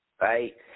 right